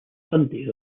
sunday